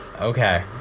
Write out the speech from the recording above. Okay